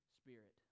spirit